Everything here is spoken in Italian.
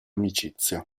amicizia